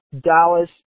Dallas